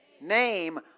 name